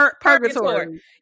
Purgatory